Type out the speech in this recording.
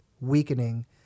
weakening